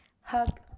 hug